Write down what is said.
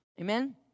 amen